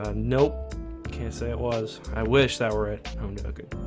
ah nope can't say it was i wish that were it i don't know good